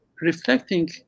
reflecting